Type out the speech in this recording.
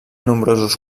nombrosos